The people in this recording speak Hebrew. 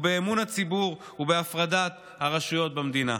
באמון הציבור ובהפרדת הרשויות במדינה.